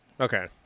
Okay